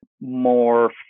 more